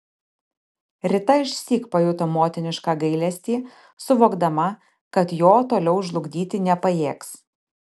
rita išsyk pajuto motinišką gailestį suvokdama kad jo toliau žlugdyti nepajėgs